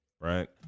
Right